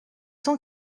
cent